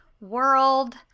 world